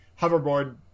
hoverboard